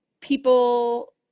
people